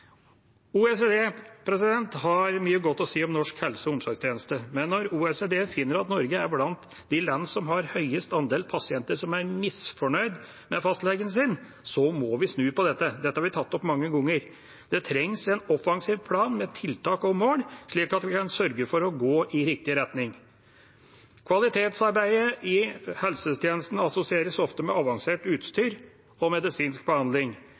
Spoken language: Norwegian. har mye godt å si om norsk helse- og omsorgstjeneste, men når OECD finner at Norge er blant de land som har størst andel pasienter som er misfornøyd med fastlegen sin, må vi snu på dette. Dette har vi tatt opp mange ganger. Det trengs en offensiv plan med tiltak og mål, slik at vi kan sørge for å gå i riktig retning. Kvalitetsarbeidet i helsetjenesten assosieres ofte med avansert utstyr og medisinsk behandling,